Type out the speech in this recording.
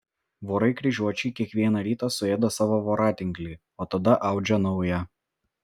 vorai kryžiuočiai kiekvieną rytą suėda savo voratinklį o tada audžia naują